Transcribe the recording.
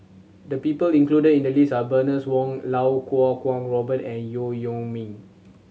the people included in the list are Bernice Wong Lau Kuo Kwong Robert and Yeo Yeow Kwang